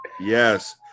yes